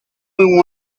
when